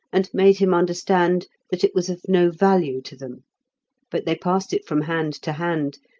and made him understand that it was of no value to them but they passed it from hand to hand,